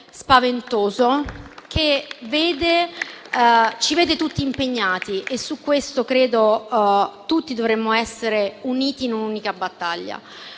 spaventoso, che ci vede tutti impegnati. Su questo credo che tutti dovremmo essere uniti in un'unica battaglia.